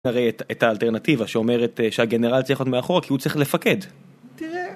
נראה את האלטרנטיבה שאומרת שהגנרל צליחה ללכות מאחורה כי הוא צריך לפקד